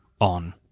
on